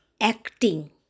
acting